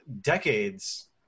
decades